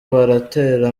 baratera